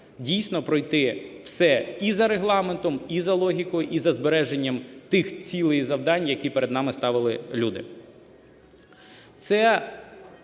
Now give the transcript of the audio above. дійсно пройти все і за Регламентом, і за логікою, і за збереженням тих цілей і завдань, які перед нами ставили люди.